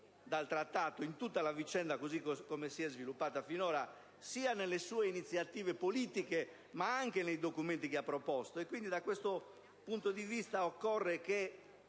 dal Trattato, in tutta la vicenda così com'è si è sviluppata finora, sia nelle sue iniziative politiche che nei documenti che ha proposto. Da questo punto di vista occorre che,